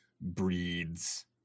breeds